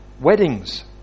weddings